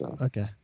Okay